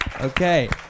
Okay